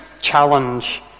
challenge